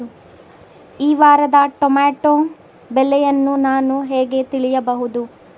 ಈ ವಾರದ ಟೊಮೆಟೊ ಬೆಲೆಯನ್ನು ನಾನು ಹೇಗೆ ತಿಳಿಯಬಹುದು?